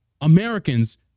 Americans